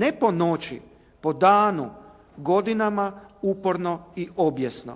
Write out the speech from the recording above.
Ne po noći, po danu, godinama uporno i obijesno.